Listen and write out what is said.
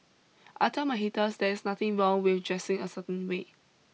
I tell my haters there is nothing wrong with dressing a certain way